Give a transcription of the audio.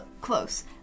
close